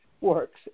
works